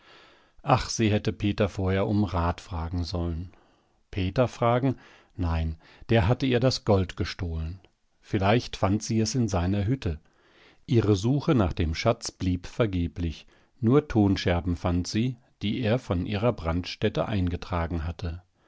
ach sie hätte peter vorher um rat fragen sollen peter fragen nein der hatte ihr das gold gestohlen vielleicht fand sie es in seiner hütte ihre suche nach dem schatz blieb vergeblich nur tonscherben fand sie die er von ihrer brandstätte eingetragen hatte